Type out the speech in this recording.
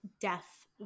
death